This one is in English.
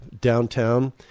downtown